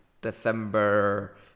December